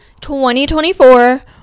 2024